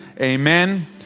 amen